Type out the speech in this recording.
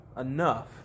enough